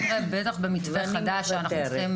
זה גם נהוג לגמרי בטח במתווה חדש שאנחנו צריכים